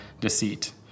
deceit